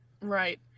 Right